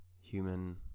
human